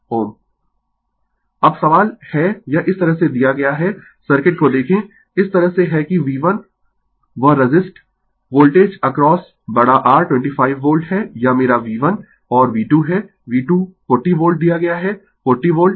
Refer Slide Time 0628 अब सवाल है यह इस तरह से दिया गया है सर्किट को देखें इस तरह से है कि V1 वह रसिस्ट वोल्टेज अक्रॉस बड़ा R 25 वोल्ट है यह मेरा V1 और V2 है V2 40 वोल्ट दिया गया है 40 वोल्ट